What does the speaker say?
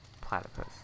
platypus